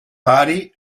party